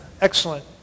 excellent